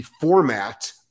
format